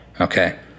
Okay